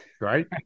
right